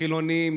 חילונים,